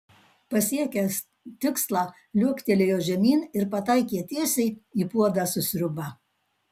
pasiekęs tikslą liuoktelėjo žemyn ir pataikė tiesiai į puodą su sriuba